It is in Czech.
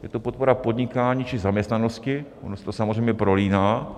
Je to podpora podnikání či zaměstnanosti, ono se to samozřejmě prolíná.